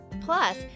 Plus